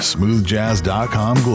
SmoothJazz.com